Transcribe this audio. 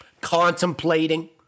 Contemplating